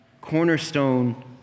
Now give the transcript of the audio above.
cornerstone